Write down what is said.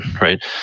right